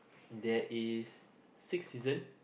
there is six season